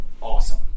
awesome